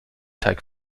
teig